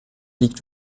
liegt